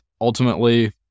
Ultimately